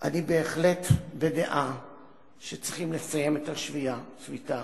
אני בהחלט בדעה שצריכים לסיים את השביתה,